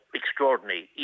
extraordinary